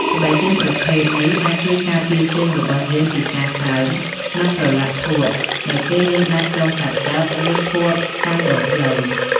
ស្បែកជើងប្រភេទនេះអាចជួយការពារជើងរបស់យើងពីការសើម និងប្រឡាក់ភក់នៅពេលយើងដើរឆ្លងកាត់ទឹក ឬភក់តាមដងផ្លូវ។